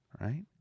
Right